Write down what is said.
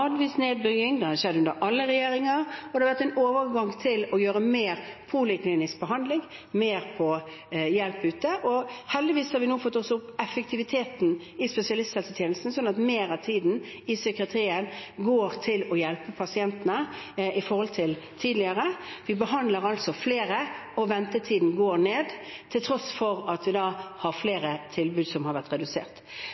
overgang til mer poliklinisk behandling, mer hjelp ute. Heldigvis har vi nå fått opp effektiviteten i spesialisthelsetjenesten, slik at mer av tiden i psykiatrihjelpen enn tidligere går til å hjelpe pasientene. Vi behandler altså flere, og ventetiden går ned, til tross for at det er flere tilbud som er blitt redusert. Hvor mye døgnbemanning vi skal ha, er av de tingene helseministeren har